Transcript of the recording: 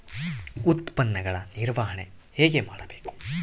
ಉತ್ಪನ್ನಗಳ ನಿರ್ವಹಣೆ ಹೇಗೆ ಮಾಡಬೇಕು?